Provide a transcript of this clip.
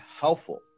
helpful